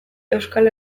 euskal